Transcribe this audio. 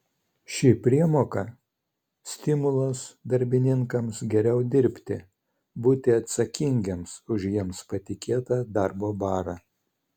ši priemoka stimulas darbininkams geriau dirbti būti atsakingiems už jiems patikėtą darbo barą